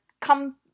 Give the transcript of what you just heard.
come